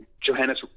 Johannes